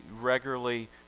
regularly